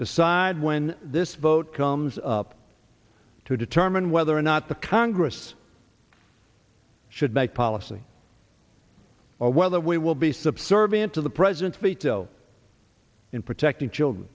decide when this vote comes up to determine whether or not the congress should make policy or whether we will be subservient to the president's veto in protecting children